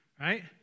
right